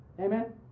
Amen